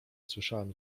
słyszałam